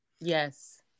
Yes